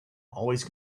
always